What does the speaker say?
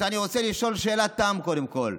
עכשיו, אני רוצה לשאול שאלת תם, קודם כול.